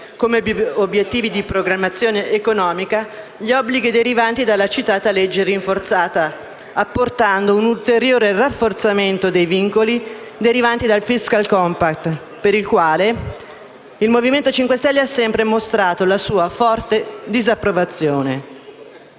come obiettivi di programmazione economica - gli obblighi derivanti dalla citata legge rinforzata, apportando un ulteriore rafforzamento dei vincoli derivanti dal *fiscal compact*, per il quale il Movimento 5 Stelle ha sempre mostrato la sua forte disapprovazione.